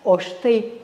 o štai